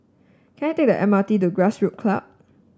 can I take the M R T to Grassroots Club